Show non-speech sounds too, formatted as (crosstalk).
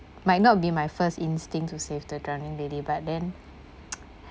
might not be my first instinct to save the drowning lady but then (noise)